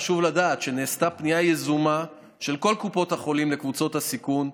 חשוב לדעת שנעשתה פנייה יזומה של כל קופות החולים לקבוצות הסיכון,